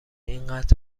اینقدر